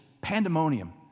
pandemonium